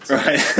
right